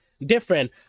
different